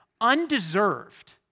undeserved